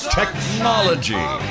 technology